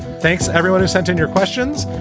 thanks to everyone who sent in your questions.